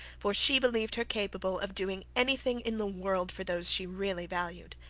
for she believed her capable of doing any thing in the world for those she really valued.